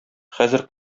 хәзер